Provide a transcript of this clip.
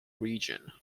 region